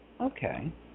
Okay